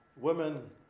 Women